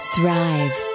Thrive